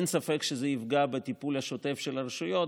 אין ספק שזה יפגע בטיפול השוטף של הרשויות